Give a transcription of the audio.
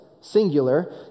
singular